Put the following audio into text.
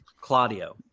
Claudio